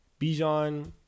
Bijan